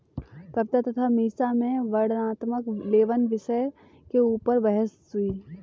कविता तथा मीसा में वर्णनात्मक लेबल विषय के ऊपर बहस हुई